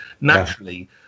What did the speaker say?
naturally